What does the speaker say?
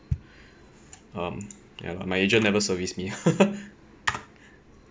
um ya lor my agent never service me